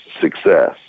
success